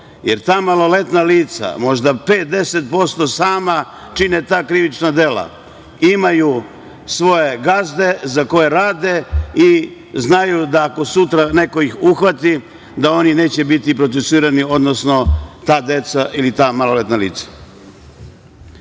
jer ta maloletna lica, možda 5%, 10% sama čine ta krivična dela. Imaju svoje gazde za koje rade i znaju da ako ih sutra neko uhvate da oni neće biti procesuirani, odnosno ta deca ili ta maloletna lica.